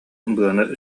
быаны